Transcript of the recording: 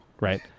right